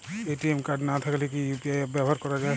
ATM card না থাকলে কি ইউ.পি.আই ব্যবহার করা য়ায়?